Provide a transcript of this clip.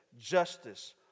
justice